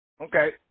Okay